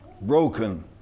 broken